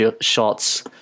shots